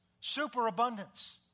superabundance